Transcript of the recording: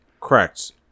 correct